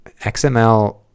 XML